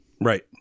right